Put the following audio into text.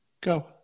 Go